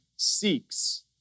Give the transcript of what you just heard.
seeks